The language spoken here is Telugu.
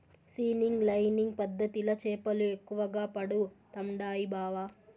సీనింగ్ లైనింగ్ పద్ధతిల చేపలు ఎక్కువగా పడుతండాయి బావ